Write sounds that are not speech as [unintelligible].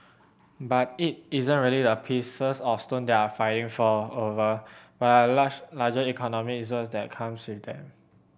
but it isn't really the pieces of stone they're fighting over but large larger economic zones that come [unintelligible] them